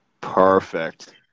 Perfect